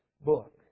book